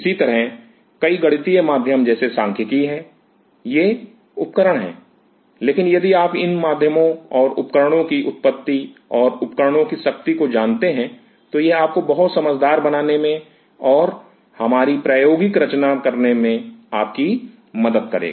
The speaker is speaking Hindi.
इसी तरह कई गणितीय माध्यम जैसे कि सांख्यिकी हैं ये उपकरण हैं लेकिन यदि आप इन माध्यमों और उपकरणों की उत्पत्ति और उपकरणों की शक्ति को जानते हैं तो यह आपको बहुत समझदार बनने में और हमारी प्रायोगिक रचना करने में आपकी मदद करेगा